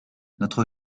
notre